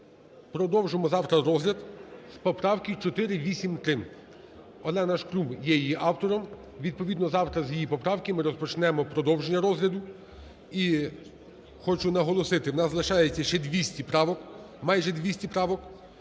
продовжимо завтра розгляд з поправки 483. Олена Шкрум є її автором. Відповідно, завтра з її поправки ми продовжимо розгляд. І хочу наголосити, в нас лишається ще 200 правок, майже 200 правок.